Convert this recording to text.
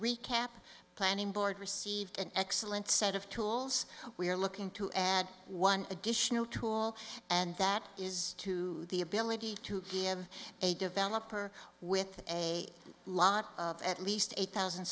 recap planning board received an excellent set of tools we are looking to add one additional tool and that is to the ability to give a developer with a lot of at least eight thousand